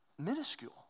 Minuscule